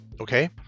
Okay